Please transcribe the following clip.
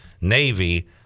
Navy